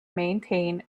maintain